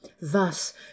Thus